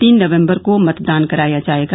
तीन नवम्बर को मतदान कराया जायेगा